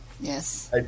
Yes